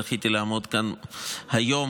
זכיתי לעמוד כאן היום,